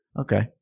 Okay